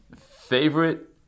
Favorite